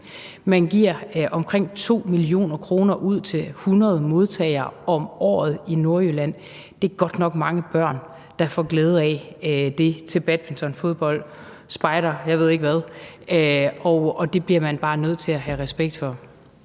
Man giver omkring 2 mio. kr. ud til 100 modtagere om året i Nordjylland. Det er godt nok mange børn, der får glæde af det til badminton, fodbold, spejder, og jeg ved ikke hvad. Og det bliver man bare nødt til at have respekt for.